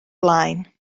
blaen